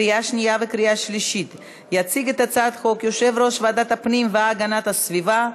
עברה בקריאה שנייה ושלישית ונכנסת לספר החוקים של מדינת ישראל.